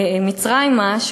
ירד מצרימה,